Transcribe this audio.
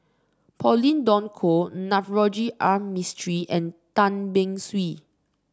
Pauline Dawn Loh Navroji R Mistri and Tan Beng Swee